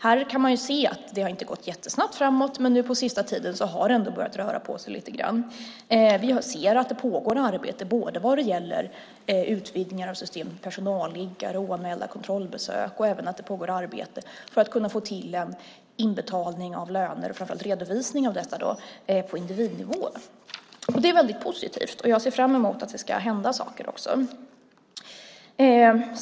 Här kan man se att det inte har gått jättesnabbt framåt, men nu på sista tiden har det ändå börjat röra på sig lite grann. Vi ser att det pågår arbete vad gäller både utvidgningar av systemet med personalliggare, oanmälda kontrollbesök och att skapa en redovisning av inbetalning av löner på individnivå. Det är positivt, och jag ser fram emot att det ska hända saker.